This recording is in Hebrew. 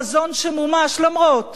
חזון שמומש למרות